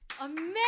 Amazing